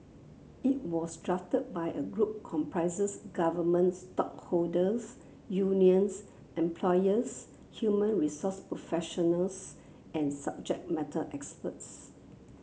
it was drafted by a group government stakeholders unions employers human resource professionals and subject matter experts